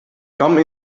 come